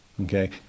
Okay